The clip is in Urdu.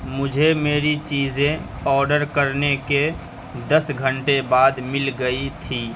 مجھے میری چیزیں آڈر کرنے کے دس گھنٹے بعد مل گئی تھیں